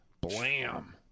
Blam